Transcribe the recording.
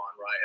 right